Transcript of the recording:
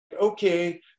okay